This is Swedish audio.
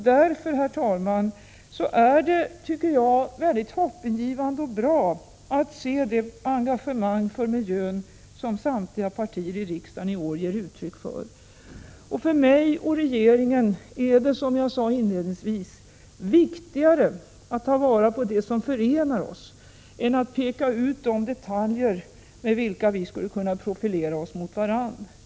Därför tycker jag att det är mycket hoppingivande att se det engagemang för miljön som samtliga partier i riksdagen i år ger uttryck för. För mig och för regeringen är det viktigare att ta vara på det som förenar oss än att peka ut de detaljer varigenom vi skulle kunna profilera oss mot varandra.